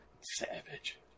Savage